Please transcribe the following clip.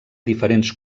diferents